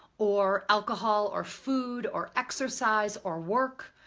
or alcohol, or food, or exercise, or work.